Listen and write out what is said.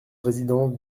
résidence